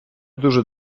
дуже